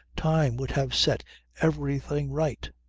time would have set everything right.